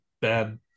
bad